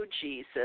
Jesus